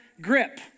grip